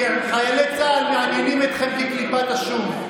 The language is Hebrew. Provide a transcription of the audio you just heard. כי חיילי צה"ל מעניינים אתכם כקליפת השום.